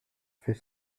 fait